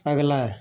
अगला